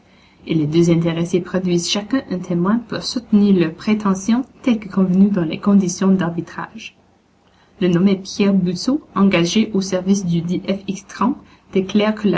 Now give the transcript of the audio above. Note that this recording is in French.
et les deux intéressés produisent chacun un témoin pour soutenir leurs prétentions tel que convenu dans les conditions d'arbitrage le nommé pierre busseau engagé au service du